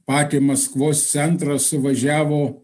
patį maskvos centrą suvažiavo